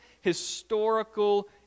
historical